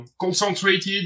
concentrated